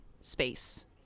space